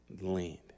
land